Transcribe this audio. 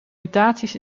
mutaties